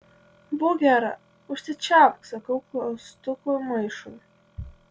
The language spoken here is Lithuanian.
būk gera užsičiaupk sakau klaustukų maišui